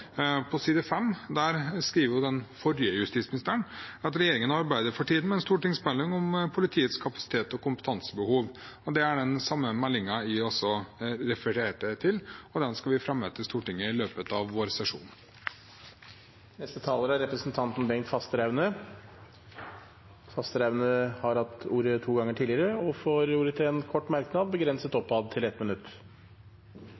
på side 5. Der skriver den forrige justisministeren at regjeringen for tiden arbeider med en stortingsmelding om politiets kapasitets- og kompetansebehov. Det er den samme meldingen jeg også refererte til, og den skal vi fremme til Stortinget i løpet av vårsesjonen. Representanten Bengt Fasteraune har hatt ordet to ganger tidligere og får ordet til en kort merknad, begrenset